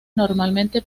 normalmente